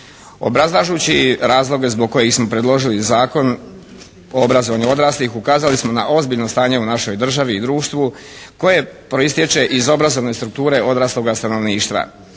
Obrazlažući razloge zbog kojih smo predložili Zakon o obrazovanju odraslih ukazali smo na ozbiljno stanje u našoj državi i društvu koje proistječe iz obrazovne strukture odrasloga stanovništva.